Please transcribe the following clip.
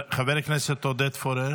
חבר הכנסת עודד פורר